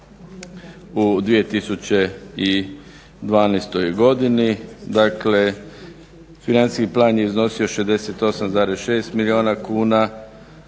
u 2012. godini. Dakle, financijski plan je iznosi 68,6 milijuna kuna,